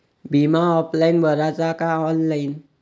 बिमा ऑफलाईन भराचा का ऑनलाईन?